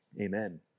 Amen